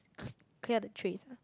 c~ clear the trays